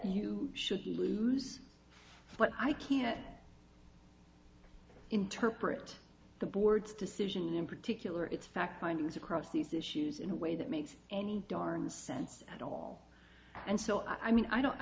you should lose but i can't interpret the board's decision in particular it's fact finding it's across these issues in a way that makes any darn sense at all and so i mean i don't i